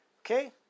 Okay